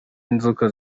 inzoka